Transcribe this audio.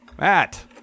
Matt